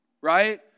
Right